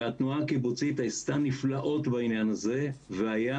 התנועה הקיבוצית עשתה נפלאות בעניין הזה והיה